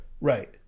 Right